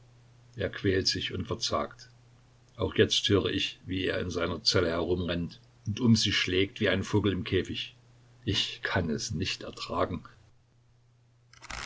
er quält sich und verzagt auch jetzt höre ich wie er in seiner zelle herumrennt und um sich schlägt wie ein vogel im käfig ich kann es nicht ertragen